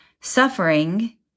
Suffering